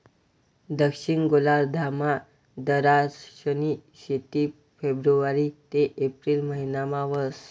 दक्षिण गोलार्धमा दराक्षनी शेती फेब्रुवारी ते एप्रिल महिनामा व्हस